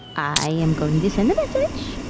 i am going to send a message.